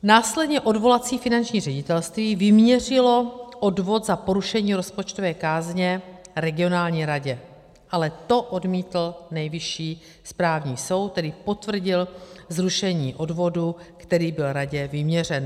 Následně odvolací finanční ředitelství vyměřilo odvod za porušení rozpočtové kázně regionální radě, to ale odmítl Nejvyšší správní soud, který potvrdil zrušení odvodu, který byl radě vyměřen.